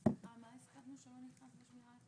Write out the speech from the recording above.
סליחה, מה הסכמנו שלא נכנס בשמירה?